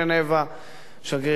שגרירנו בצרפת,